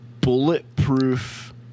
bulletproof